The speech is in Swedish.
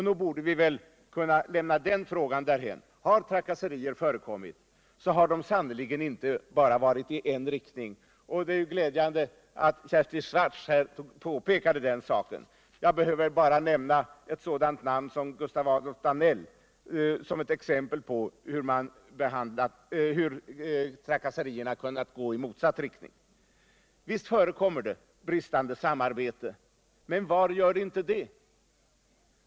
Nog borde vi väl kunna lämna den frågan därhän; har trakasserier förekommit, så har de sannerligen inte bara varit i en riktning — det är glädjande att Kersti Swartz har påpekat den saken. Jag behöver bara nämna namnet Gustaf Adolf Danell som ett exempel på hur trakasserierna kunnat gå 1 motsatt riktning. Visst förekommer det bristande samarbete — men var gör det inte det?